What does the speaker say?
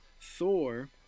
Thor